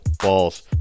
balls